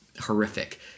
horrific